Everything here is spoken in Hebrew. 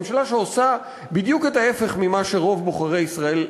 ממשלה שעושה בדיוק את ההפך ממה שרוב בוחרי ישראל,